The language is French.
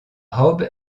robe